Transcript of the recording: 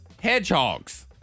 Hedgehogs